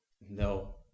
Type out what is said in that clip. No